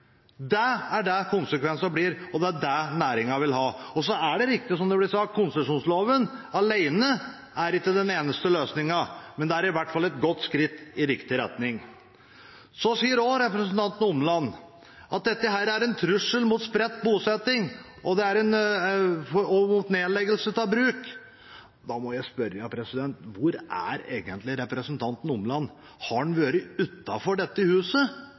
Det er det konsekvensene blir, og det er det næringen vil ha. Og så er det riktig som det ble sagt: Konsesjonsloven alene er ikke den eneste løsningen, men det er i hvert fall et godt skritt i riktig retning. Så sier også representanten Omland at dette er en trussel mot spredt bosetting og mot opprettholdelse av bruk. Da må jeg spørre: Hvor er egentlig representanten Omland? Har han vært utenfor dette huset?